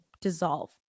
dissolve